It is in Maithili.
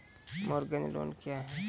मोरगेज लोन क्या है?